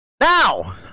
Now